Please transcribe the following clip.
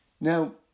Now